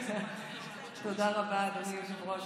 תודה רבה, אדוני היושב-ראש.